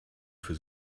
für